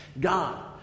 God